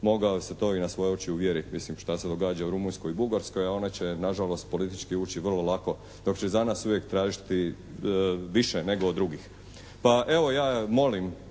mogao se to i na svoje oči uvjeriti mislim šta se događa u Rumunjskoj i Bugarskoj, a one će na žalost politički ući vrlo lako, dok će za nas uvijek tražiti više nego od drugih. Pa evo ja molim